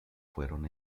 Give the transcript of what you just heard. fueron